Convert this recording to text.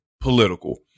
political